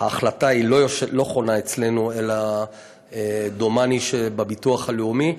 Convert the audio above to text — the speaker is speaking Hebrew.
ההחלטה לא חונה אצלנו אלא דומני שבביטוח הלאומי.